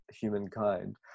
humankind